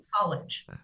college